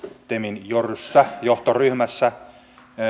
temin joryssä johtoryhmässä